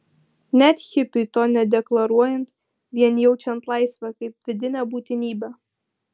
net hipiui to nedeklaruojant vien jaučiant laisvę kaip vidinę būtinybę